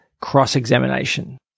cross-examination